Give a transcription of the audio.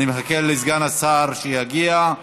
אני מחכה לסגן השר שיגיע.